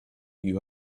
you